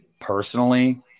personally